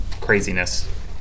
craziness